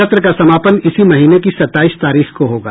सत्र का समापन इसी महीने सताईस तारीख को होगा